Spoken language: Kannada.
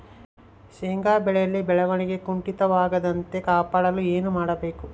ಶೇಂಗಾ ಬೆಳೆಯಲ್ಲಿ ಬೆಳವಣಿಗೆ ಕುಂಠಿತವಾಗದಂತೆ ಕಾಪಾಡಲು ಏನು ಮಾಡಬೇಕು?